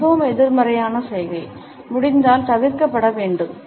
இது மிகவும் எதிர்மறையான சைகை முடிந்தால் தவிர்க்கப்பட வேண்டும்